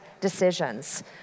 decisions